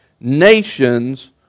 nations